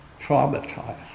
traumatized